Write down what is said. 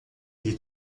ele